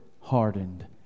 hardened